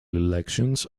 elections